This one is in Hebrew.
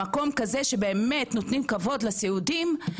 ממקום כזה שבאמת נותנים כבוד לסיעודיים,